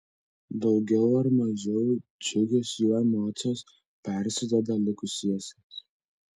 daugiau ar mažiau džiugios jų emocijos persiduoda likusiesiems